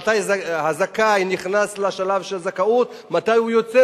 מתי הזכאי נכנס לשלב של זכאות ומתי הוא יוצא